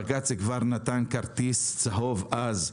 בג"צ כבר נתן כרטיס צהוב אז,